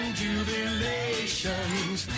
jubilations